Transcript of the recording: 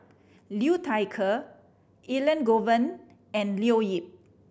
Liu Thai Ker Elangovan and Leo Yip